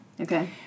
Okay